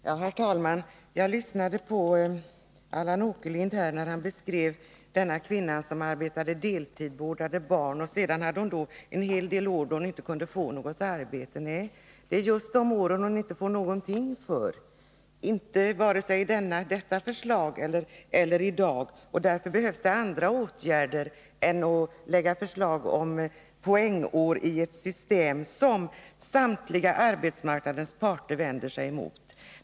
Herr talman! Jag lyssnade till Allan Åkerlind när han talade om denna kvinna som arbetade deltid och vårdade barn. Och så var det en hel del år då hon inte kunde få något arbete. Det är just de åren som hon inte får någonting för, varken enligt detta förslag eller enligt vad som gäller i dag. Därför behövs det andra åtgärder än att lägga fram förslag om poängår i ett system som samtliga arbetsmarknadens parter vänder sig emot.